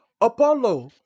Apollo